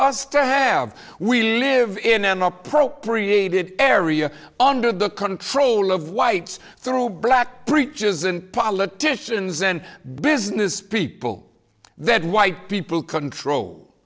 us to have we live in an appropriate area under the control of whites through black preachers and politicians and business people that white people control